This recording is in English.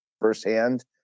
firsthand